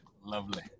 Lovely